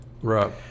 right